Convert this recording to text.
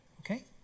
okay